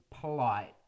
polite